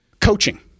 Coaching